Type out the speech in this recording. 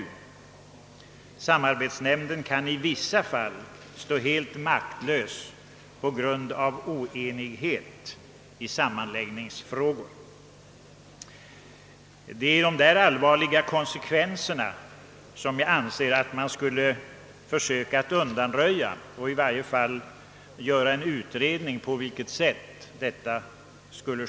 Samarbetsnämnden kan i vissa fall stå helt maktlös på grund av oenighet i sammanläggningsfrågor. Det är dessa allvarliga konsekvenser som jag anser att man borde försöka undanröja. I varje fall borde det göras en utredning om möjligheterna därtill.